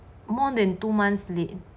more than two months late